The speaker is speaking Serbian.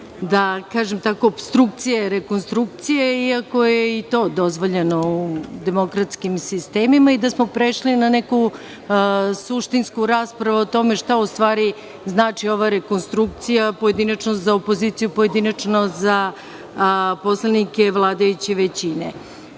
da kažem tako, opstrukcije rekonstrukcije iako je i to dozvoljeno u demokratskim sistemima i da smo prešli na neku suštinsku raspravu o tome šta ustvari znači ova rekonstrukcija, pojedinačno za opoziciju, a pojedinačno za poslanike vladajuće većine. Da